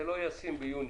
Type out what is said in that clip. זה לא ישים ביוני,